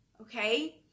okay